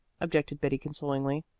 objected betty consolingly.